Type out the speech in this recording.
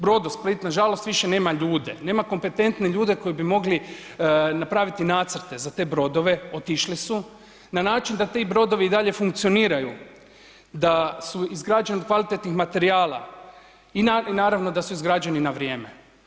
Brodosplit nažalost više nema ljude, nema kompetentne ljude koji bi mogli napraviti nacrte za te brodove, otišli su, na način da ti brodovi i dalje funkcioniraju, da su izgrađeni od kvalitetnih materijala i naravno da su izgrađeni na vrijeme.